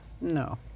No